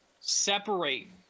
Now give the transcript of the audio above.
separate